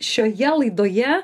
šioje laidoje